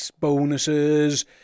bonuses